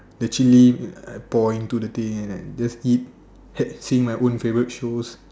the chili I pour into the thing and like just eat seeing my own favourite shows